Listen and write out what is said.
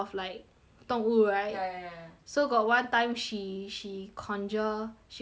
动物 right ya ya ya so got one time she she conjure she conjure